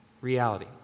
reality